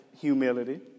humility